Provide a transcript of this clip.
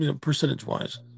percentage-wise